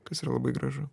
kas yra labai gražu